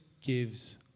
gives